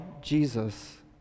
Jesus